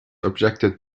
objected